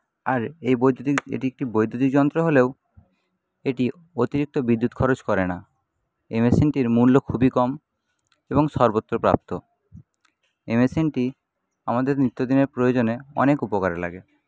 আর এই বৈদ্যুতিক এটি একটি বৈদ্যুতিক যন্ত্র হলেও এটি অতিরিক্ত বিদ্যুৎ খরচ করে না এই মেশিনটির মূল্য খুবই কম এবং সর্বত্র প্রাপ্ত এই মেশিনটি আমাদের নিত্যদিনের প্রয়োজনে অনেক উপকারে লাগে